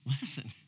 Listen